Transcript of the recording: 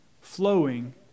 flowing